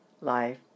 life